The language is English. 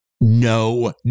No